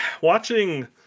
watching